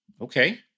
Okay